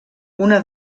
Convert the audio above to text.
una